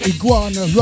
Iguana